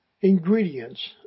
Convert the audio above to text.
ingredients